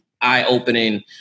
eye-opening